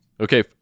Okay